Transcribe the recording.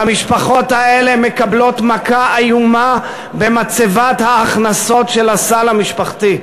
והמשפחות האלה מקבלות מכה איומה במצבת ההכנסות של הסל המשפחתי,